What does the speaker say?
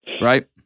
Right